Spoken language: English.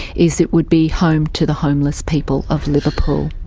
is it would be home to the homeless people of liverpool.